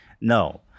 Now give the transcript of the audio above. no